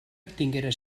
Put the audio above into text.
tinguera